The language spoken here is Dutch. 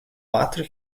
water